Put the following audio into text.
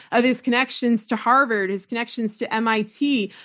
of his connections to harvard, his connections to mit,